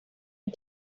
you